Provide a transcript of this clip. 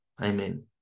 Amen